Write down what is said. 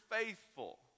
faithful